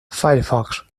firefox